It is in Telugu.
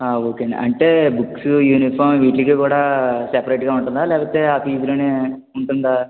ఆ ఓకేండి అంటే బుక్స్ యూనిఫార్మ్ వీటిలకి కూడా సెపరేట్గా ఉంటుందా లేకపోతే ఆ ఫీజులోనే ఉంటుందా